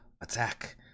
attack